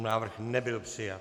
Návrh nebyl přijat.